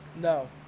No